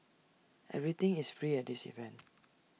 everything is free at this event